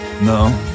no